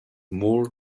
more